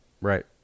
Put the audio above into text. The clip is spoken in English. right